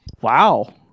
Wow